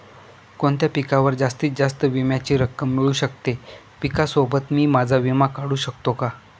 कोणत्या पिकावर जास्तीत जास्त विम्याची रक्कम मिळू शकते? पिकासोबत मी माझा विमा काढू शकतो का?